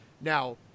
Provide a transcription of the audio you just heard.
now